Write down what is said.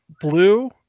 blue